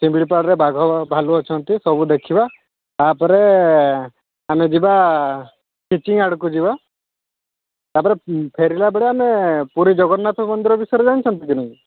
ଶିମିଳିପାଳରେ ବାଘ ଭାଲୁ ଅଛନ୍ତି ସବୁ ଦେଖିବା ତା'ପରେ ଆମେ ଯିବା ଖିଚିଙ୍ଗ ଆଡ଼କୁ ଯିବ ତାପରେ ଫେରିଲାବେଳେ ଆମେ ପୁରୀ ଜଗନ୍ନାଥ ମନ୍ଦିର ବିଷୟରେ ଜାଣିଛନ୍ତି କି ନାହିଁ